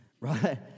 right